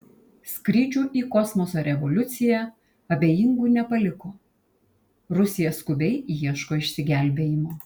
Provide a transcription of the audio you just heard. skrydžių į kosmosą revoliucija abejingų nepaliko rusija skubiai ieško išsigelbėjimo